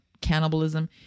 cannibalism